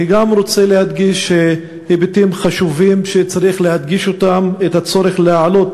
אני גם רוצה להדגיש היבטים חשובים שצריך להדגיש אותם: את הצורך להעלות